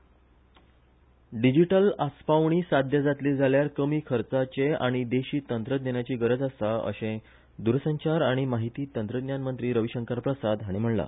प्रसाद digital आसपावणी साद्य जातली जाल्यार कमी खर्चाचें आनी देशी तंत्रज्ञानाची गरज आसा अशें द्रसंचार आनी माहिती तंत्रज्ञान मंत्री रविशंकर प्रसाद हाणी म्हणला